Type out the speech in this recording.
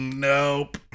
Nope